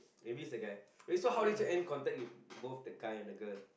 maybe is the guy wait how did you end contact with both the guy and the girl